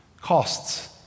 costs